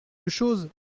chose